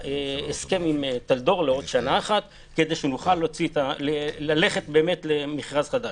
ההסכם עם טלדור לעוד שנה אחת כדי שנוכל ללכת באמת למכרז חדש.